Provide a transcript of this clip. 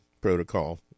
protocol